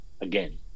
again